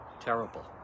Terrible